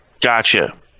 Gotcha